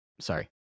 Sorry